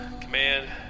Command